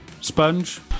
Sponge